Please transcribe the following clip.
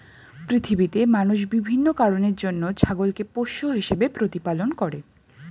পৃথিবীতে মানুষ বিভিন্ন কারণের জন্য ছাগলকে পোষ্য হিসেবে প্রতিপালন করে